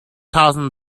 thousand